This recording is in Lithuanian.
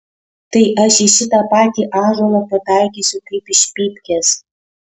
tai aš į šitą patį ąžuolą pataikysiu kaip iš pypkės